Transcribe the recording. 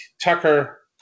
Tucker